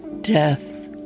death